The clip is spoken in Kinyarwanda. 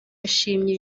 yashimye